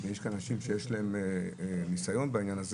ויש גם פה אנשים שיש להם ניסיון בעניין הזה